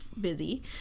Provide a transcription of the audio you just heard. busy